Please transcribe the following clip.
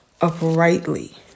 uprightly